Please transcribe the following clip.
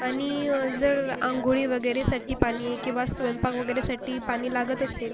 आणि जर आंघोळी वगैरेसाठी पाणी किंवा स्वयंपाक वगैरेसाठी पाणी लागत असेल